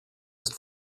ist